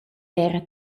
era